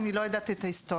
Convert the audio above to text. אני לא יודעת את ההיסטוריה,